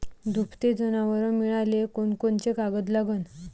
दुभते जनावरं मिळाले कोनकोनचे कागद लागन?